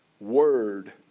word